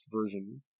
version